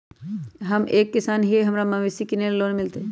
हम एक किसान हिए हमरा मवेसी किनैले लोन मिलतै?